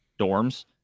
dorms